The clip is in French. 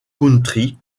country